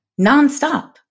nonstop